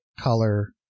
color